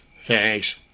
Thanks